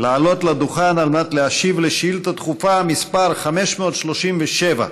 לעלות לדוכן להשיב על שאילתה דחופה מס' 537,